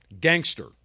Gangster